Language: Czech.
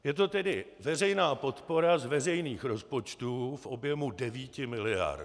Je to tedy veřejná podpora z veřejných rozpočtů v objemu 9 miliard.